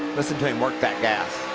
listen to him work that gas.